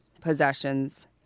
possessions